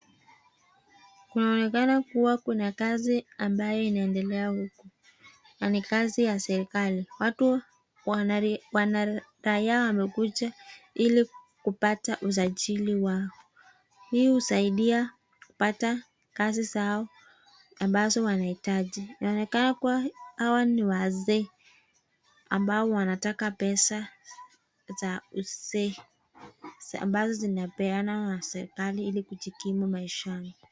Kunaonekana kuwa kuna kazi ambayo inaendelea, na ni kazi ya serikali. Watu ,waanaraia wamekuja ili kupata usajili wao . Hii husaidia kupata kazi zao ambazo wanahitaji. Inaonekana kuwa hawa ni wazee ambao wanataka pesa za uzee, ambazo zinapeanwa na serikali ili kujikimu maishani.